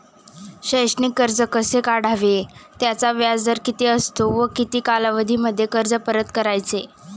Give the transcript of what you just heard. शैक्षणिक कर्ज कसे काढावे? त्याचा व्याजदर किती असतो व किती कालावधीमध्ये कर्ज परत करायचे?